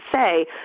say